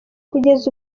kugeza